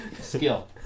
Skill